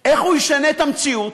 איך הוא ישנה את המציאות,